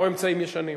או אמצעים ישנים.